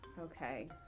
Okay